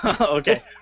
Okay